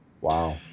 Wow